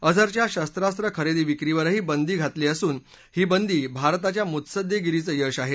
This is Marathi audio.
अजहरच्या शस्त्रांस्त्राच्या खरेदी विक्रीवरही बंदी घालण्यात आली असून ही बंदी भारताच्या मुत्सदेगिरीचं यश आहे